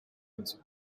inzu